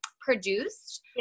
produced